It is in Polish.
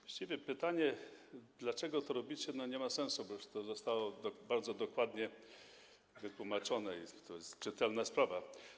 Właściwie pytanie, dlaczego to robicie, nie ma sensu, bo już zostało to bardzo dokładnie wytłumaczone i to jest czytelna sprawa.